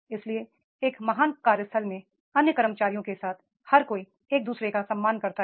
इसलिए एक महान कार्यस्थल में अन्य कर्मचारियों के साथ हर कोई एक दूसरे का सम्मान करता है